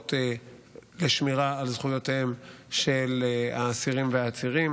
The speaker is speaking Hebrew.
הנוגעות לשמירה על זכויותיהם של האסירים והעצירים